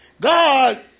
God